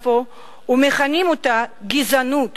שיודע שאין לנו מדינה אחרת ושהשמירה על המדינה היא השמירה על החיים,